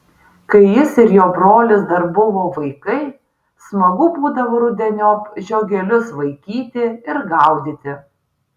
kai jis ir jo brolis dar buvo vaikai smagu būdavo rudeniop žiogelius vaikyti ir gaudyti